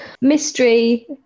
mystery